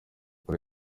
kuri